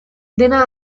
dena